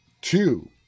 two